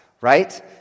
right